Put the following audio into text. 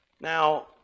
Now